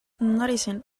noticing